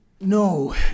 No